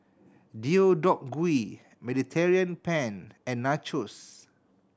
Deodeok Gui Mediterranean Penne and Nachos